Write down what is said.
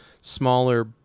smaller